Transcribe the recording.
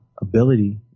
ability